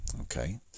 Okay